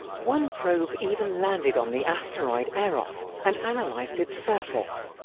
one probe even landed on the asteroid eros and analysed its surface